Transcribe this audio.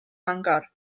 mangor